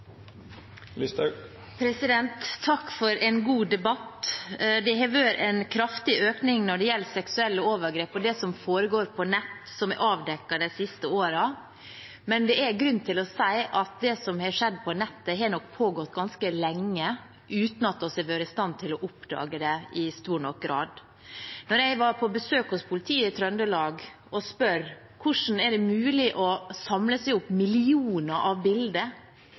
effekt. Takk for en god debatt. Det har vært en kraftig økning når det gjelder seksuelle overgrep og det som foregår på nettet, som er avdekket de siste årene. Men det er grunn til å si at det som foregår på nettet, har nok pågått ganske lenge uten at vi har vært i stand til å oppdage det i stor nok grad. Jeg var på besøk hos politiet i Trøndelag og spurte: Hvordan er det mulig å samle opp millioner av